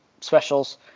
specials